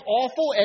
awful